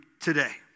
today